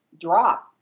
drop